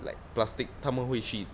like plastic 他们会去